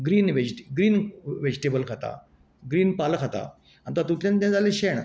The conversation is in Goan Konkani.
ग्रीन व्हेज ग्रीन व्हेजीटेबल खातां ग्रीन पालो खातां आनी तातूंतल्यान तें जाले शेण